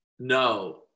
No